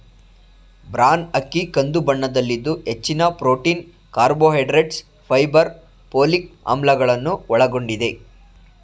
bran ಅಕ್ಕಿ ಕಂದು ಬಣ್ಣದಲ್ಲಿದ್ದು ಹೆಚ್ಚಿನ ಪ್ರೊಟೀನ್, ಕಾರ್ಬೋಹೈಡ್ರೇಟ್ಸ್, ಫೈಬರ್, ಪೋಲಿಕ್ ಆಮ್ಲಗಳನ್ನು ಒಳಗೊಂಡಿದೆ